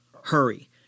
Hurry